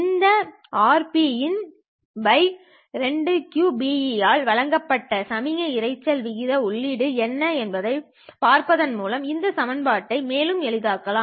இந்த RPin2qBe ஆல் வழங்கப்பட்ட சமிக்ஞை இரைச்சல் விகிதம் உள்ளீடு என்ன என்பதைப் பார்ப்பதன் மூலம் இந்த சமன்பாட்டை மேலும் எளிதாக்கலாம்